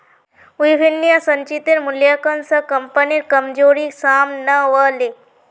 विभिन्न संचितेर मूल्यांकन स कम्पनीर कमजोरी साम न व ले